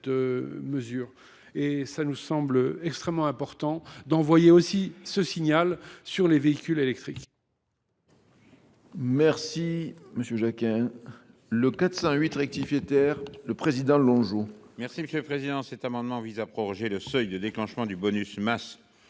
Il nous semble extrêmement important d’envoyer aussi un tel signal pour les véhicules électriques.